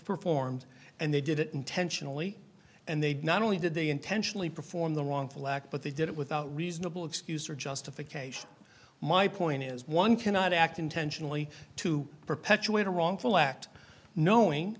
performed and they did it intentionally and they not only did they intentionally perform the wrongful act but they did it without reasonable excuse or justification my point is one cannot act intentionally to perpetuate a wrongful act knowing